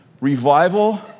revival